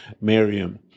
Miriam